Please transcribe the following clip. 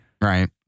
Right